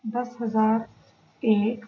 دس ہزار ایک